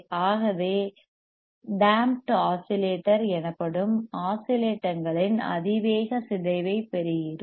ஆகவே damped oscillator எனப்படும் ஆஸிலேட்டங்களின் அதிவேக சிதைவைப் பெறுகிறோம்